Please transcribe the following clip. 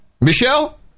michelle